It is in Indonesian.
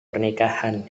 pernikahan